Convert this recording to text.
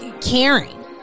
caring